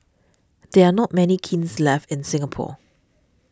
there are not many kilns left in Singapore